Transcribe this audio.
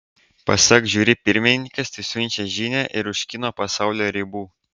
pasak žiuri pirmininkės tai siunčia žinią ir už kino pasaulio ribų